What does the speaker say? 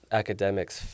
academics